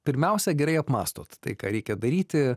pirmiausia gerai apmąstot tai ką reikia daryti